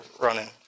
running